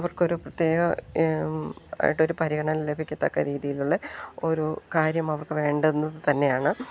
അവർക്കൊരു പ്രത്യേക ആയിട്ടൊരു പരിഗണന ലഭിക്കത്തക്ക രീതിയിലുള്ള ഒരു കാര്യം അവർക്ക് വേണ്ടുന്നത് തന്നെയാണ്